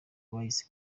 bahise